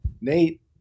Nate